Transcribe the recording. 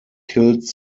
killed